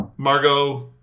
Margot